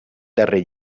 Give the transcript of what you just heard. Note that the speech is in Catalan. darrer